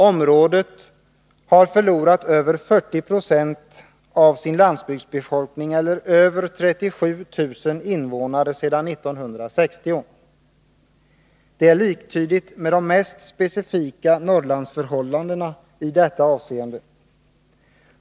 Området har förlorat över 40 26 av sin landsbygdsbefolkning, eller över 37 000 invånare, sedan 1960. Det är liktydigt med de mest specifika Norrlandsförhållandena i detta avseende.